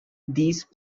these